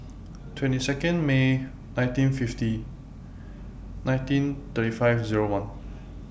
twenty Second May nineteen fifty nineteen thirty five Zero one